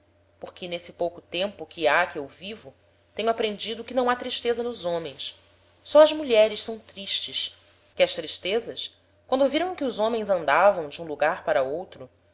porque n'esse pouco tempo que ha que eu vivo tenho aprendido que não ha tristeza nos homens só as mulheres são tristes que as tristezas quando viram que os homens andavam de um lugar para outro